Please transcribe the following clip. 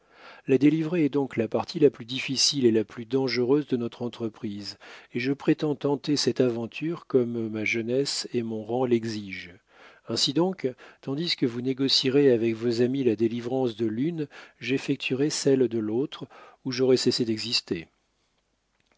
la délivrer est donc la partie la plus difficile et la plus dangereuse de notre entreprise et je prétends tenter cette aventure comme ma jeunesse et mon rang l'exigent ainsi donc tandis que vous négocierez avec vos amis la délivrance de l'une j'effectuerai celle de l'autre ou j'aurai cessé d'exister